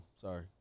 Sorry